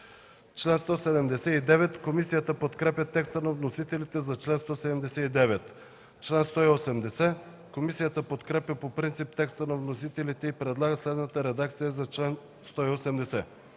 им.” Комисията подкрепя текста на вносителите за чл. 179. Комисията подкрепя по принцип текста на вносителите и предлага следната редакция на чл. 180: